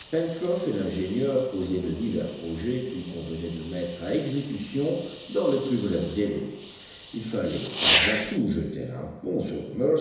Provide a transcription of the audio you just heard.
et l'ingénieur causaient de divers projets qu'il convenait de mettre à exécution dans le plus bref délai il fallait avant tout jeter un pont sur la